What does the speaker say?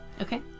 Okay